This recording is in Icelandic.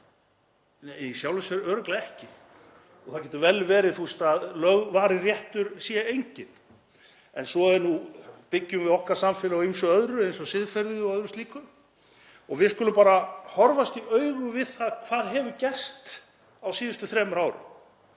Í sjálfu sér örugglega ekki, það getur vel verið að lögvarinn réttur sé enginn, en svo byggjum við okkar samfélag á ýmsu öðru eins og siðferði og öðru slíku og við skulum bara horfast í augu við hvað hefur gerst á síðustu þremur árum.